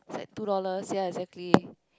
it's like two dollars yea exactly